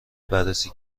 بررسی